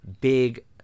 big